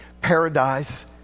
paradise